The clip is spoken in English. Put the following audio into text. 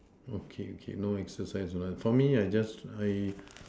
okay okay no exercise for me I just I